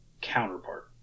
counterpart